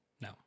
No